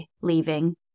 leaving